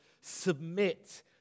submit